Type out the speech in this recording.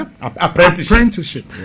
Apprenticeship